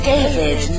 David